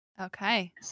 Okay